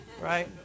right